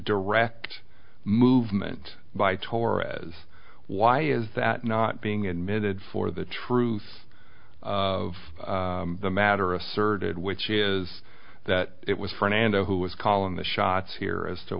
direct movement by torres why is that not being admitted for the truth of the matter asserted which is that it was for an endo who was calling the shots here as to